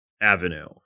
avenue